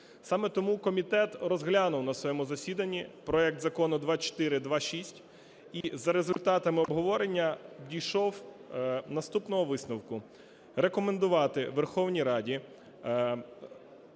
Саме тому комітет розглянув на своєму засіданні проект Закону 2426 і за результатами обговорення дійшов наступного висновку – рекомендувати Верховній Раді